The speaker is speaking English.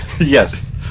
Yes